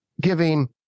giving